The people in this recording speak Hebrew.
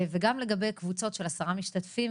וגם לגבי קבוצות של עשרה משתתפים,